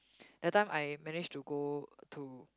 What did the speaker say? that time I managed to go to